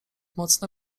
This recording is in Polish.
mocne